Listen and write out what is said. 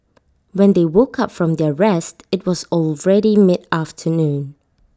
when they woke up from their rest IT was already mid afternoon